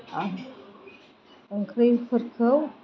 आं ओंख्रिफोरखौ